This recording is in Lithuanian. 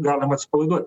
galim atsipalaiduot